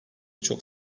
çok